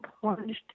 plunged